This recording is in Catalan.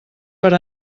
per